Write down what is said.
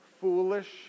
foolish